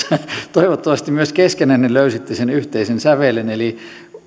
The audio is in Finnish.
toivottavasti myös keskenänne löysitte sen yhteisen sävelen eli